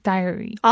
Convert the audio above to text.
Diary